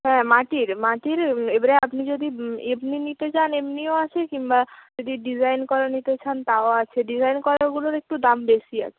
হ্যাঁ মাটির মাটির এবরে আপনি যদি এমনি নিতে চান এমনিও আছে কিম্বা যদি ডিজাইন করা নিতে চান তাও আছে ডিজাইন করাগুলোর একটু দাম বেশি আছে